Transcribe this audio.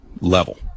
level